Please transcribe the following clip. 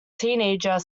teenager